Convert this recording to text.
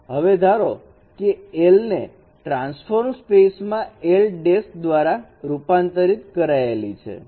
હવે ધારો કે l ને ટ્રાન્સફોર્મ સ્પેસમાં l દ્વારા રૂપાંતરિત કરાયેલી છે